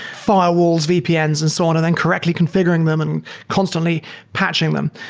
firewalls, vpns and so on and then correctly configuring them and constantly patching them.